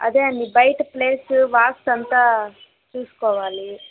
అదే అండీ బయట ప్లేస్ వాస్తంత చూసుకోవాలి